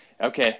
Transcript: Okay